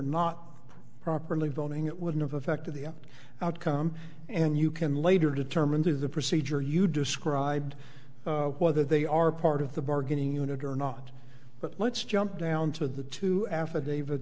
not properly boning it wouldn't have affected the outcome and you can later determine through the procedure you described whether they are part of the bargaining unit or not but let's jump down to the two affidavit